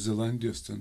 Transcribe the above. zelandijos ten